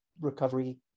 recovery